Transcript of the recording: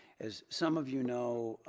as some of you know,